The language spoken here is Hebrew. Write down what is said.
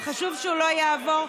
וחשוב שהוא לא יעבור.